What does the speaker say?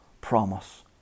promise